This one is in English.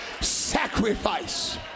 sacrifice